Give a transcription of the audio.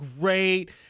great